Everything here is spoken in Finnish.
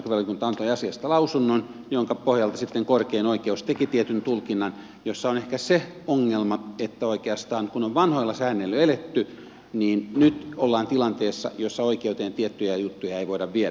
perustuslakivaliokunta antoi asiasta lausunnon jonka pohjalta sitten korkein oikeus teki tietyn tulkinnan jossa on ehkä se ongelma että oikeastaan kun on vanhoilla säännöillä eletty niin nyt ollaan tilanteessa jossa oikeuteen tiettyjä juttuja ei voida viedä